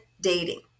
dating